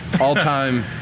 all-time